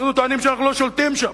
אנחנו טוענים שאנחנו לא שולטים שם.